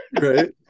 Right